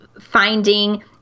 finding